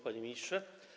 Panie Ministrze!